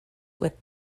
with